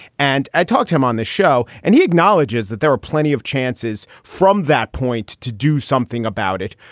and i talk to him on the show and he acknowledged. just that there were plenty of chances from that point to do something about it.